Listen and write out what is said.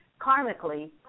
karmically